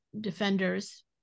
Defenders